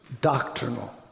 doctrinal